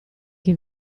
che